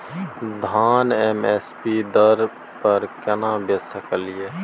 धान M S P दर पर केना बेच सकलियै?